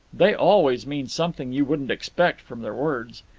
they always mean something you wouldn't expect from their words.